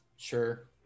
Sure